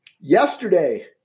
Yesterday